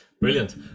Brilliant